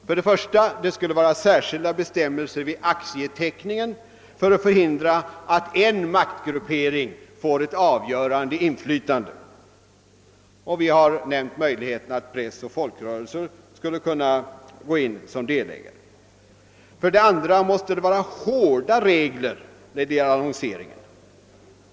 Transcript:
För det första skulle det finnas särskilda bestämmelser för = aktieteckningen i syfte att förhindra att någon viss maktgruppering får ett avgörande inflytande. Vi har nämnt möjligheten att pressen och folkrörelser skulle kunna gå in som delägare. För det andra måste det vara hårda regler i fråga om annonseringen.